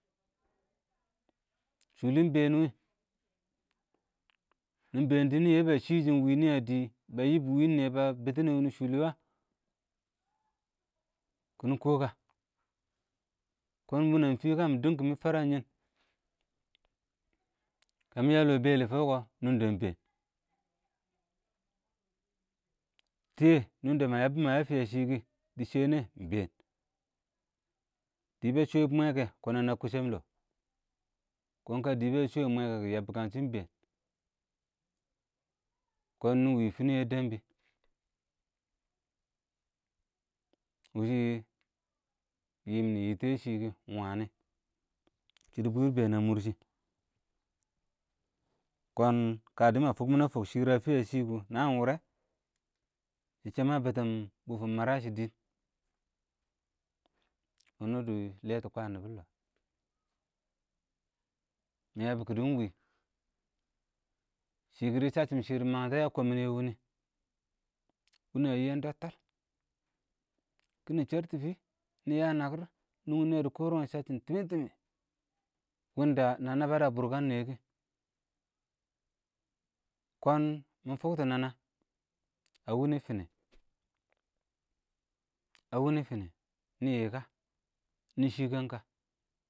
shʊlɪ ɪng bɛɛn wɪ nɪ bɛɛn dɪ nɪ yəəbə shɪ-shɪn wɪɪ nɪ ə dɪɪ bəə yɪ bʊyɪn nɪyɛ bə bə tɪ mɪnew wɪnɪ shʊlɪ wəə? kɪnɪ kɔ kə, kɔɔn wɪnɛng wineng fɪ dʊk kʊ mɪ fərən yɪ kamə mɪ yəə lɔɔ bɛlɪ fɔɔ kɔ, nʊng dɛ ɪng bɛɛn tɪyɛ nʊng dɛ mə yəbbɔ mə yə fɪyə shɪ kɪ dɪ shɛnɛ ɪng bɛɛn, dɪ bə shwɛ bʊ mwɛ kɛ ə nəə kʊshɛn lɔɔ, kɔɔn ɪng kə dɪ bə shwɛ mwɛ bə kɔ yəbbɪshɪ ɪng bɛɛn, kɔɔn nɪwɪ fɪnɪ yə dəmbɪ wɪshɪ ɪng yɪɪm nɪ yɪtɪ yɛ shɪkɪ ɪng wənɪ, shɪdɔ bwɪrr ɪng bɛɛn ə mʊrshɪ, kɔɔn kə dɪ mə fʊk mɪnɛ fʊk shɪr ə fɪyə shɪ kʊ ɪng nəən wʊrɛ, shɪ shɛ mə bɪtɪn bʊfʊn mərəshɪ dɪɪn, wʊnʊ dɪ lɛtɪ kwəən nɪbɪ ɪng lɔɔ, nɛ bʊ kɪdɪ ɪng wɪɪ, shɪ kɪdɪ səcchɪm shɪdɪ məngyən tɔ ə lɛɛn wɪnɪ, bɪnɛng yɪyɛ dɔttɛ, kɪnɪ chərtɪ shɪ, nɪyə nəkɪr, nʊghʊn nɪyɛ dɪ kɔrəntɔ səcchɪm tɪmɪ-tɪmɪ, nə nəbbən ə bʊrkən nɪyɛ kɪ, kɔɔn mɪ fʊktʊ nə nə ə wɪnɪ fɪnɪ, ə wɪnɪ fɪnɪ nɪ yɪ kəə, nɪ shɪkɛn kə.